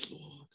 Lord